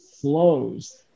flows